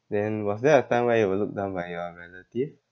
then was there a time where you were looked down by your relative